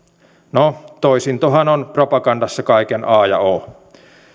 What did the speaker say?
no toisintohan on propagandassa kaiken a ja o